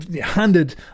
handed